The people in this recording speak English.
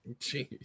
Jeez